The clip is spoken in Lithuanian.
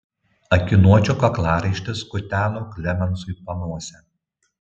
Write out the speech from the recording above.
akiniuočio kaklaraištis kuteno klemensui panosę